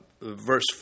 verse